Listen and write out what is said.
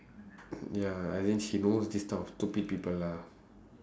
ya and then she knows this type of stupid people lah